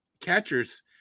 catchers